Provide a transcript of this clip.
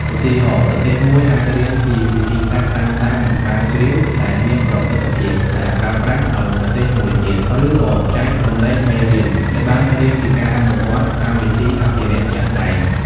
ឧទាហរណ៍ ប្រទេសមួយអាចរៀនពីវិធីសាស្ត្រតាមដាន និងស្រាវជ្រាវដែលមានប្រសិទ្ធភាពដែលប្រើប្រាស់ដោយប្រទេសមួយទៀត ឬក៏ចែករំលែកមេរៀនដែលបានរៀនពីការអនុវត្តកម្មវិធីអភិរក្សជាក់ស្តែង។